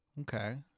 Okay